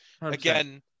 again